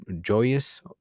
joyous